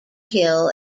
hill